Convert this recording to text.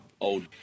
old